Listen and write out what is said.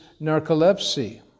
narcolepsy